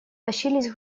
тащились